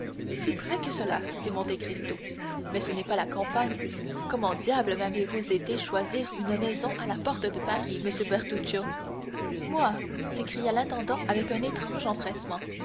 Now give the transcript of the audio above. si près que cela dit monte cristo mais ce n'est pas la campagne comment diable m'avez-vous été choisir une maison à la porte de paris monsieur bertuccio moi s'écria l'intendant avec un étrange empressement